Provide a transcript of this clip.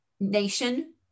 nation